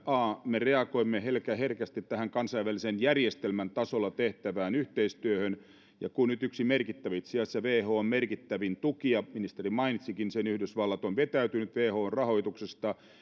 me reagoimme herkästi tähän kansainvälisen järjestelmän tasolla tehtävään yhteistyöhön ja kun nyt yksi merkittävimmistä itse asiassa whon merkittävin tukija ministeri mainitsikin sen yhdysvallat on vetäytynyt whon rahoituksesta